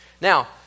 Now